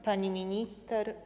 Pani Minister!